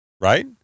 Right